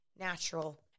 natural